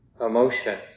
emotion